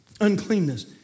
uncleanness